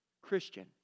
Christian